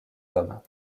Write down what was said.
hommes